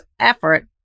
effort